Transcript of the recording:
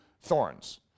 thorns